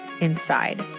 inside